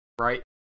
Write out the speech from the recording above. right